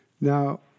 Now